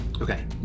Okay